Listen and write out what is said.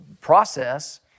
process